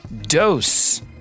Dose